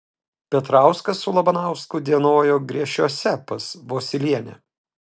petrauskas su labanausku dienojo griešiuose pas vosylienę